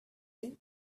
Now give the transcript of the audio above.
day